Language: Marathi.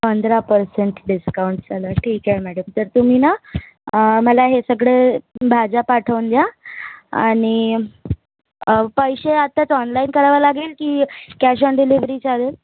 पंधरा पर्सेंट डिस्काउंट चालेल ठीक आहे मॅडम तर तुम्ही ना मला हे सगळं भाज्या पाठवून द्या आणि पैसे आत्ताच ऑनलाईन करावं लागेल की कॅश ऑन डिलिव्हरी चालेल